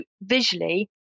visually